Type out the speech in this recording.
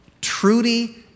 Trudy